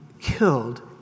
killed